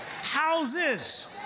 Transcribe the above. Houses